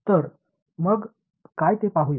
तर मग काय ते पाहूया